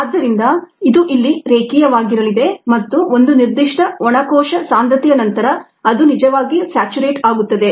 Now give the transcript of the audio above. ಆದ್ದರಿಂದ ಇದು ಇಲ್ಲಿ ರೇಖೀಯವಾಗಿರಲಿದೆ ಮತ್ತು ಒಂದು ನಿರ್ದಿಷ್ಟ ಒಣ ಕೋಶ ಸಾಂದ್ರತೆಯ ನಂತರ ಅದು ನಿಜವಾಗಿ ಸ್ಯಾಚುರೇಟ್ ಆಗುತ್ತದೆ